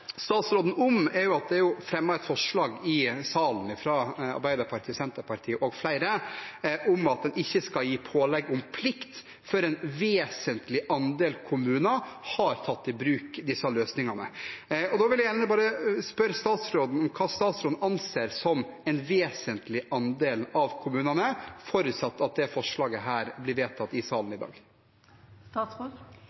statsråden om, er at det er fremmet et forslag i salen fra Arbeiderpartiet, Senterpartiet og flere om at en ikke skal gi pålegg om plikt før en vesentlig andel kommuner har tatt i bruk disse løsningene. Da vil jeg gjerne bare spørre statsråden om hva hun anser som en vesentlig andel av kommunene – forutsatt at dette forslaget blir vedtatt i salen